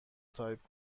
تایپ